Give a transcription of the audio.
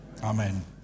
Amen